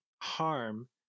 harm